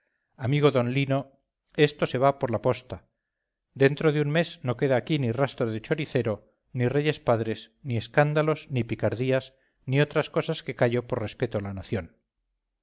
amigo don lino esto se va por la posta dentro de un mes no queda aquí ni rastro de choricero ni reyes padres ni escándalos ni picardías ni otras cosas que callo por respeto a la nación